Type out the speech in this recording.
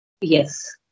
yes